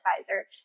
advisor